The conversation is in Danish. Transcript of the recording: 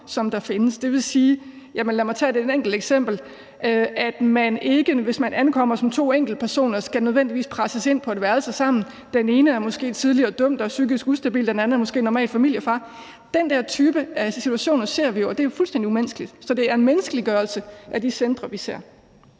eksempel: Det vil sige, at man, hvis man ankommer som to enkeltpersoner, ikke nødvendigvis skal presses ind på et værelse sammen. Den ene er måske tidligere dømt og psykisk ustabil, og den anden er måske en normal familiefar. Den der type situationer ser vi jo, og det er fuldstændig umenneskeligt. Så det er en menneskeliggørelse af de centre, vi ser.